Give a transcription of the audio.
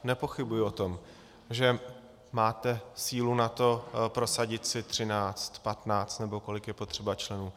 Nepochybuji o tom, že máte sílu na to prosadit si 13, 15 nebo kolik je potřeba členů.